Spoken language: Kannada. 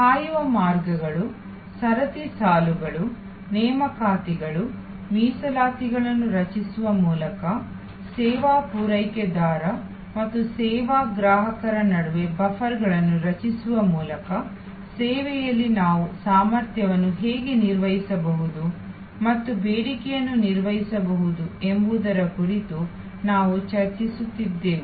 ಕಾಯುವ ಮಾರ್ಗಗಳು ಸರತಿ ಸಾಲುಗಳು ನೇಮಕಾತಿಗಳು ಮೀಸಲಾತಿಗಳನ್ನು ರಚಿಸುವ ಮೂಲಕ ಸೇವಾ ಪೂರೈಕೆದಾರ ಮತ್ತು ಸೇವಾ ಗ್ರಾಹಕರ ನಡುವೆ ಬಫರ್ಗಳನ್ನು ರಚಿಸುವ ಮೂಲಕ ಸೇವೆಯಲ್ಲಿ ನಾವು ಸಾಮರ್ಥ್ಯವನ್ನು ಹೇಗೆ ನಿರ್ವಹಿಸಬಹುದು ಮತ್ತು ಬೇಡಿಕೆಯನ್ನು ನಿರ್ವಹಿಸಬಹುದು ಎಂಬುದರ ಕುರಿತು ನಾವು ಚರ್ಚಿಸುತ್ತಿದ್ದೆವು